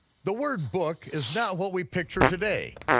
the word book is not what we picture today.